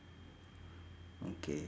okay